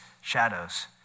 shadows